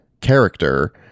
character